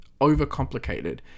overcomplicated